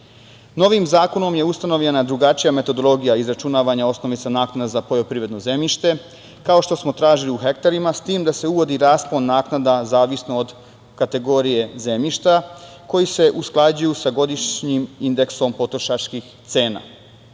zakonom je ustanovljena drugačija metodologija izračunavanja osnovice naknade za poljoprivredno zemljište, kao što smo tražili, u hektarima, s tim da se uvodi raspon naknada zavisno od kategorije zemljišta, koji se usklađuju sa godišnjim indeksom potrošačkih cena.